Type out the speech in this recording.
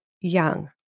young